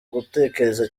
gutekereza